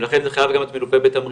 ולכן זה חייב גם להיות מלווה בתמריצים,